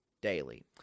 Daily